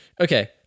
okay